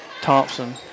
Thompson